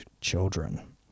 children